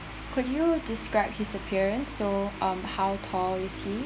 could you described his appearance so um how tall is he